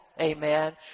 Amen